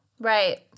right